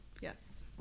yes